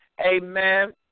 amen